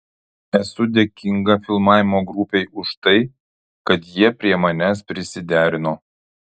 esu dėkinga filmavimo grupei už tai kad jie prie manęs prisiderino